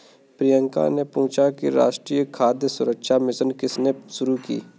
प्रियंका ने पूछा कि राष्ट्रीय खाद्य सुरक्षा मिशन किसने शुरू की?